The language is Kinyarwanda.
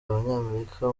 abanyamerika